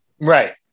Right